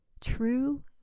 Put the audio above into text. true